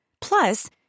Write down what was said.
Plus